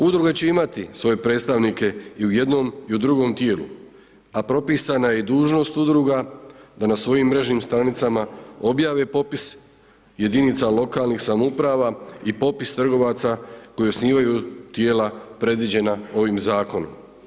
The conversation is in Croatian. Udruga će imati svoje predstavnike u jednom i u drugom tijelu, a propisana je i dužnost udruga, da na svojim mrežnim stranicama objave popis jedinica lokalnih samouprava i popis trgovaca koje osnivaju tijela predviđena ovim zakonom.